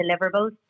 deliverables